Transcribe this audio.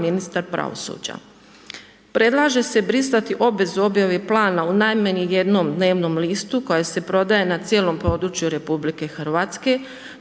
ministar pravosuđa. Predlaže se brisati obvezu objave plana u najmanji jednom dnevnom listu koja se prodaje na cijelom području RH, čime će